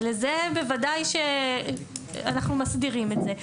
בוודאי שאנחנו מסדירים את זה,